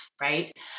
right